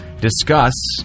discuss